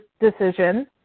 decision